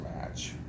match